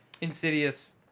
Insidious